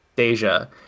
Asia